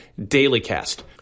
dailycast